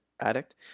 addict